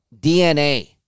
DNA